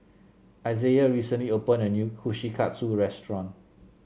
Isaiah recently opened a new Kushikatsu Restaurant